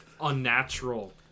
unnatural